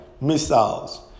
missiles